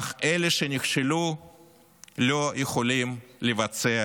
אך אלה שנכשלו לא יכולים לבצע